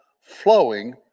flowing